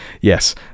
yes